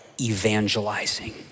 evangelizing